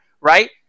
right